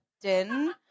Din